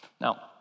Now